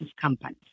companies